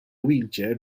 wheelchair